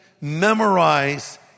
memorize